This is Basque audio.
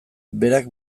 berak